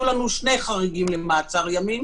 היו לנו שני חריגים למעצר ימים.